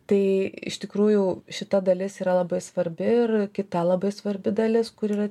tai iš tikrųjų šita dalis yra labai svarbi ir kita labai svarbi dalis kur yra